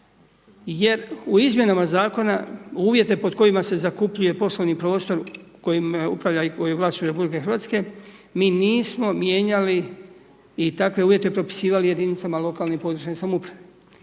jer u izmjenama zakona, uvjete pod kojima se zakupljuje poslovni prostor kojim upravlja i koji je u vlasništvu RH, mi nismo mijenjali i takve uvjete propisivali jedinicama lokalne i područne samouprave.